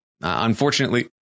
unfortunately